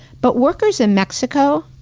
but workers in mexico,